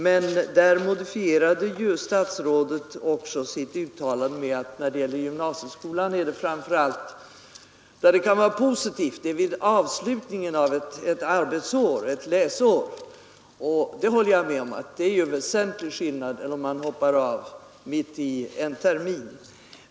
Men statsrådet modifierade också sitt uttalande med att när det gäller gymnasieskolan kan det vara positivt framför allt vid avslutningen av ett läsår, och jag håller med om att det är en väsentlig skillnad jämfört med att man hoppar av mitt i en termin.